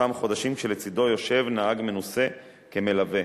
אותם חודשים כשלצדו יושב נהג מנוסה כמלווה.